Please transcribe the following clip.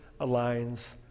aligns